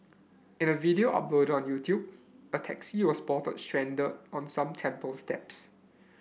in a video uploaded on a taxi was spotted stranded on some temple steps